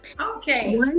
Okay